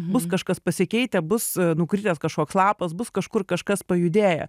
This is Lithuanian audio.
bus kažkas pasikeitę bus nukritęs kažkoks lapas bus kažkur kažkas pajudėję